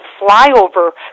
flyover